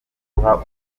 guha